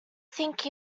think